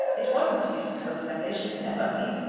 it wasn't to be supposed that they should never meet.